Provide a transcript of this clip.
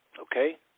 Okay